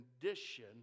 condition